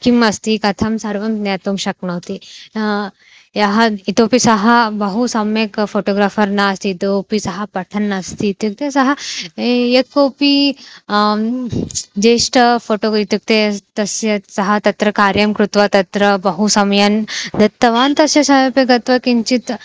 किम् अस्ति कथं सर्वं ज्ञातुं शक्नोति यः इतोपि सः बहु सम्यक् फ़ोटोग्राफ़र् नास्ति इतोपि सः पठन्नस्ति इत्युक्ते सः यः कोपि ज्येष्टः फ़ोटोग् इत्युक्ते तस्य सः तत्र कार्यं कृत्वा तत्र बहु समयान् दत्तवान् तस्य समीपे गत्वा किञ्चित्